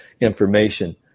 information